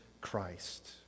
Christ